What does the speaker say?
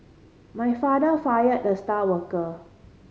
my father fired the star worker